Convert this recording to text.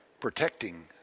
protecting